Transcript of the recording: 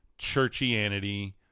churchianity